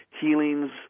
healings